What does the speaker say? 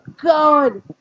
god